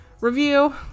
review